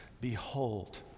behold